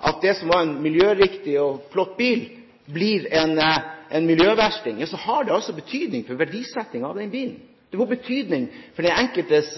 at det som var en miljøriktig flott bil, blir en miljøversting, så har det betydning for verdisettingen av den bilen. Det får betydning for den enkeltes